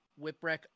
Whipwreck